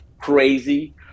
crazy